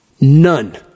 None